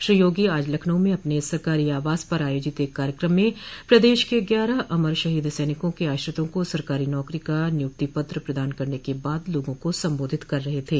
श्री योगी आज लखनऊ में अपने सरकारी आवास पर आयोजित एक कार्यक्रम में प्रदेश के ग्यारह अमर शहीद सैनिकों के आश्रितों को सरकारी नौकरी का नियुक्ति पत्र प्रदान करने के बाद लोगों को सम्बोधित कर रहे थे